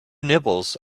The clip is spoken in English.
nibbles